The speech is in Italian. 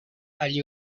agli